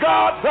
God